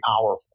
powerful